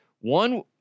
one